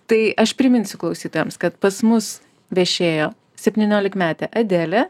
tai aš priminsiu klausytojams kad pas mus viešėjo septyniolikmetė adelė